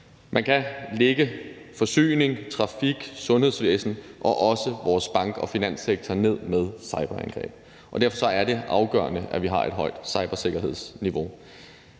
Man kan lægge forsyning, trafik, sundhedsvæsen og vores bank- og finanssektor ned med cyberangreb. Derfor er det afgørende, at vi har et højt cybersikkerhedsniveau.